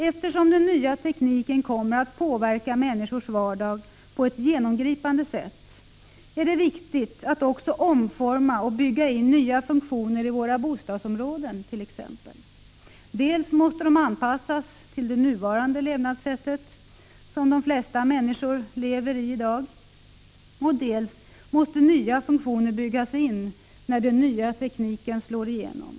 Eftersom den nya tekniken kommer att påverka människors vardag på ett genomgripande sätt, är det viktigt att vi t.ex. omformar och bygger in nya funktioner i våra bostadsområden. Dels måste de anpassas till nuvarande levnadssätt för de flesta människor, dels måste nya funktioner byggas in när den nya tekniken slår igenom.